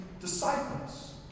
disciples